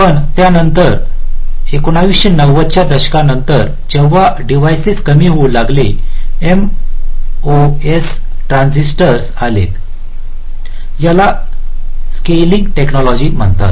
पण त्यानंतर 1990 च्या दशकानंतर जेव्हा डेव्हिसेस कमी होऊ लागली एमओएस ट्रान्झिस्टरस आलेत याला स्केलिंग टेकनॉलॉजि म्हणतात